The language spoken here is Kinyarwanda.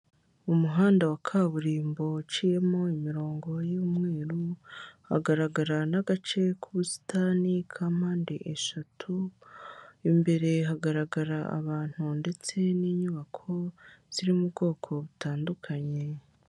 Umuhanda wa kaburimbo uciyemo imirongo y'umweru, hagaragara n'agace k'ubusitani ka mpande eshatu, imbere hagaragara abantu ndetse n'inyubako ziri mu bwoko butandukanye.